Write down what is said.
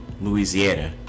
Louisiana